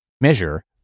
measure